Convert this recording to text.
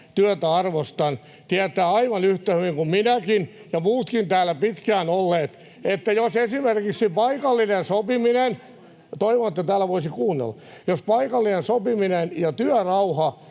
työtä arvostan, tietää aivan yhtä hyvin kuin minäkin, ja muutkin täällä pitkään olleet, että jos esimerkiksi paikallinen sopiminen — toivon, että täällä voitaisiin kuunnella — ja työrauha